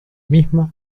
misma